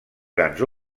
grans